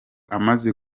amaze